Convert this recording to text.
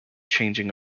changing